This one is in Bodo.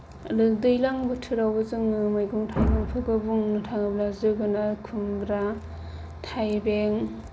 आरो दैलां बोथोरावबो जोङो मैगं थाइगंफोरखौ बुंनो थाङोब्ला जोगोनार खुमब्रा थाइबें